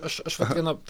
aš aš vat vieną